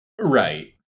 Right